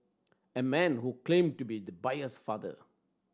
a man who claimed to be the buyer's father